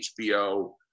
hbo